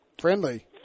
friendly